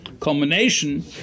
combination